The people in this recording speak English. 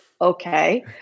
Okay